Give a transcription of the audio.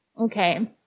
Okay